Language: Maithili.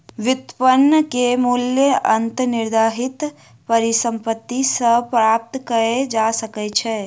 व्युत्पन्न के मूल्य अंतर्निहित परिसंपत्ति सॅ प्राप्त कय जा सकै छै